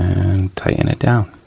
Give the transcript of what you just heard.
tighten it down.